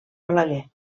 balaguer